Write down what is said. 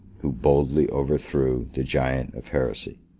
who boldly overthrew the giant of heresy.